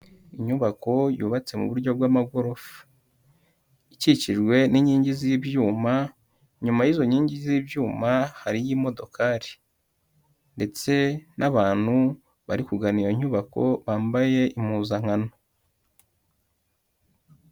Inyubako yubatse mu buryo bw'amagorofa ikikijwe n'inkingi z'ibyuma, inyuma y'izo nkingi z'ibyuma hariyo imodokari ndetse n'abantu bari kugana iyo nyubako bambaye impuzankano.